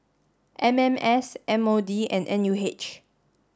M M S M O D and N U H